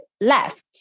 left